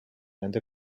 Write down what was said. nende